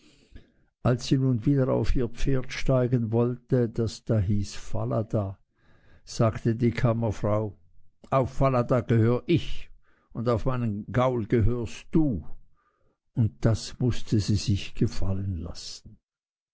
als sie nun wieder auf ihr pferd steigen wollte das da hieß falada sagte die kammerfrau auf falada gehör ich und auf meinen gaul gehörst du und das mußte sie sich gefallen lassen